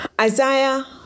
Isaiah